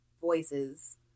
voices